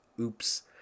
oops